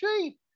cheap